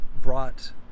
brought